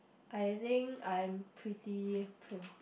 I think I am pretty priv~